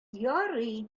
ярый